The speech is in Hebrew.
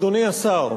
אדוני השר,